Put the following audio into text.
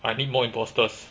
I need more impostors